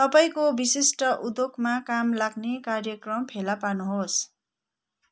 तपाईँको विशिष्ट उद्योगमा काम लाग्ने कार्यक्रम फेला पार्नुहोस्